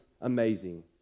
amazing